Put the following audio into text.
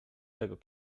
tego